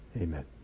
Amen